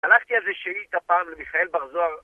שלחת איזה שאילתה פעם למיכאל בר זוהר